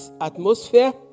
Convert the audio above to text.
atmosphere